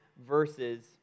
verses